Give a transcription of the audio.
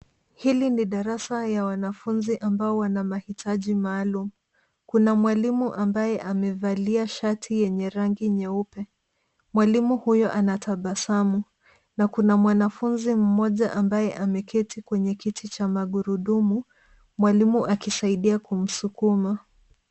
Hili ni darasa ya wanafunzi ambao wana mahitaji maalum. Kuna mwalimu ambaye amevalia shati yenye rangi nyeupe. Mwalimu huyo anatabasamu na kuna mwanafunzi mmoja ambaye ameketi kwenye kiti cha magurudumu mwalimu akisaidia kumsukuma.